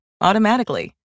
automatically